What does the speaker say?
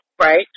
Right